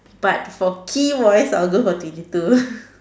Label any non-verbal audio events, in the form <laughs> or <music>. but for key wise I'll go for twenty two <laughs>